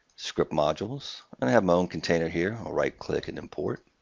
script modules. and i have my own container here. i'll right-click and import.